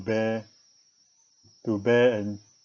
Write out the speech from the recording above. bear to bear and